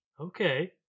Okay